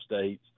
states